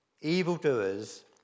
Evildoers